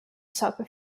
soccer